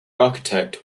architect